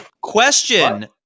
Question